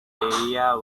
area